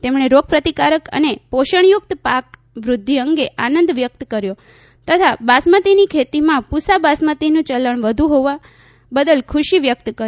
તેમણે રોગપ્રતિકારક અને પોષણયુક્ત પાક વૃઘ્ઘિ અંગે આનંદ વ્યકત કર્યો તથા બાસમતિની ખેતીમાં પુસા બાસમતિનું ચલણ વધુ હોવા બદલખુશી વ્યકત કરી